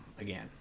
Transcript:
again